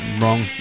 Wrong